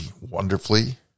wonderfully